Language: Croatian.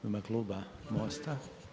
U ime kluba MOST-a.